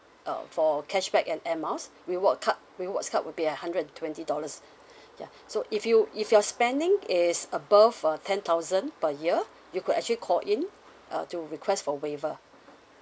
uh for cashback and air miles reward card rewards card will be at hundred and twenty dollars ya so if you if your spending is above uh ten thousand per year you could actually call in uh to request for waiver